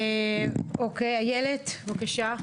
איילת, בבקשה.